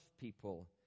people